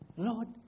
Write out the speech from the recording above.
Lord